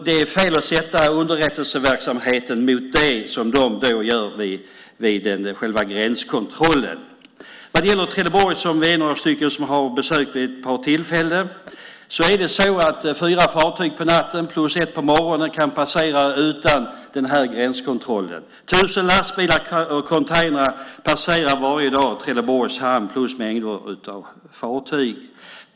Det är fel att sätta underrättelseverksamheten mot det som görs vid själva gränskontrollen. Vad gäller Trelleborg, som några av oss besökt vid ett par tillfällen, kan fyra fartyg på natten samt ett på morgonen passera utan gränskontroll. Tusen lastbilar och containrar passerar varje dag Trelleborgs namn. Till detta ska läggas mängder av fartyg.